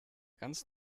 ganz